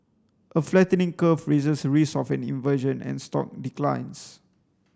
a flattening curve raises risks of an inversion and stock declines